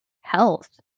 health